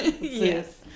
Yes